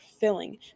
filling